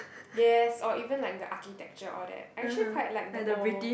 yes or even like the architecture all that I actually quite like the old